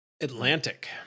Atlantic